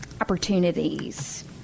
opportunities